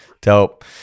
dope